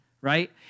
right